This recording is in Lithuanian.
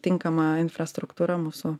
tinkama infrastruktūra mūsų